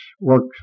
works